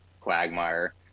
quagmire